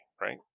right